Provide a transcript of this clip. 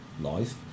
life